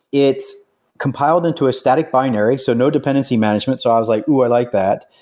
its compiled into a static binary, so no dependency management. so i was like, oh, i like that.